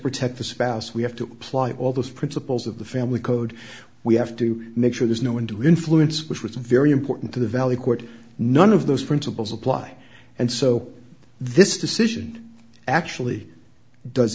protect the spouse we have to apply all those principles of the family code we have to make sure there's no undue influence which was very important to the value court none of those principles apply and so this decision actually does